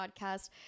podcast